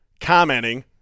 commenting